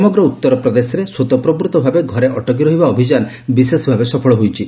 ସମଗ୍ର ଉତ୍ତର ପ୍ରଦେଶରେ ସ୍ୱତଃପ୍ରବୂତ୍ତଭାବେ ଘରେ ଅଟକି ରହିବା ଅଭିଯାନ ବିଶେଷଭାବେ ସଫଳ ହୋଇଛି